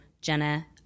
Jenna